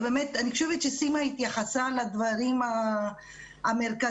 אני חושבת שסימה התייחסה לדברים המרכזיים.